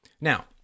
Now